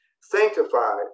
sanctified